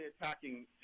attacking